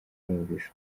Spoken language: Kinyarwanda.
bumvise